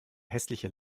hässliche